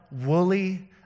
woolly